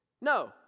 No